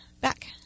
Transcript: back